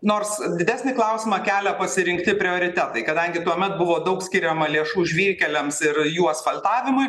nors didesnį klausimą kelia pasirinkti prioritetai kadangi tuomet buvo daug skiriama lėšų žvyrkeliams ir jų asfaltavimui